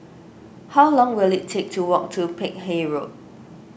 how long will it take to walk to Peck Hay Road